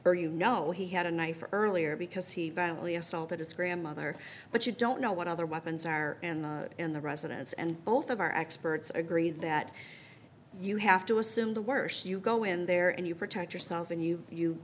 or you know he had a knife or earlier because he violently assaulted his grandmother but you don't know what other weapons are in the residence and both of our experts agree that you have to assume the worst you go in there and you protect yourself and you you